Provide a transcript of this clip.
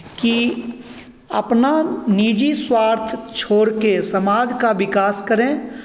कि अपना निजी स्वार्थ छोड़ के समाज का विकास करें